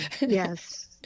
Yes